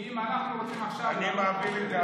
כי אם אנחנו רוצים עכשיו, אני מעביר את,